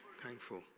thankful